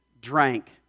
drank